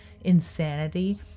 insanity